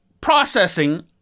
processing